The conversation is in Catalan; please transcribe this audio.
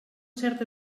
cert